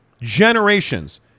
Generations